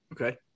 Okay